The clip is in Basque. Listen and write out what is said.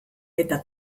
eta